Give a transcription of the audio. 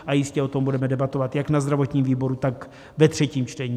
A jistě o tom budeme debatovat jak na zdravotním výboru, tak ve třetím čtení.